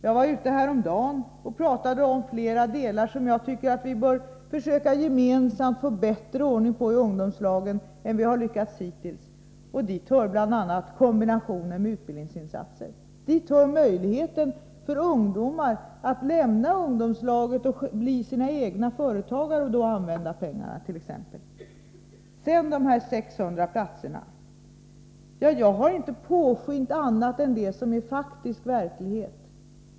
Jag var ute häromdagen och talade om flera delar i ungdomslagen som jag tycker att vi gemensamt bör försöka få bättre ordning på än vi lyckats med hittills. Dit hör bl.a. kombinationen med utbildningsinsatser. Dit hör möjligheten för ungdomar att lämna ungdomslagen och bli sina egna företagare — och använda pengarna till det. Låt mig sedan återkomma till uppgiften om 600 platser. Jag har inte försökt att låta påskina annat än det som är faktisk verksamhet.